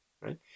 right